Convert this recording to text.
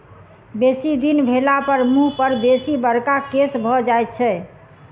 बेसी दिन भेलापर मुँह पर बेसी बड़का केश भ जाइत छै